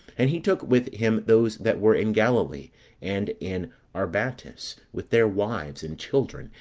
and he took with him those that were in galilee and in arbatis, with their wives, and children,